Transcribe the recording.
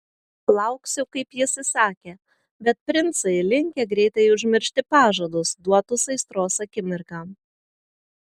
lauksiu kaip jis įsakė bet princai linkę greitai užmiršti pažadus duotus aistros akimirką